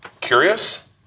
Curious